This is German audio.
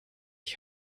ich